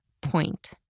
point